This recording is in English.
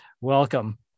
welcome